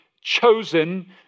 chosen